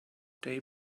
they